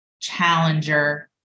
challenger